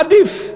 עדיף.